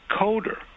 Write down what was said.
coder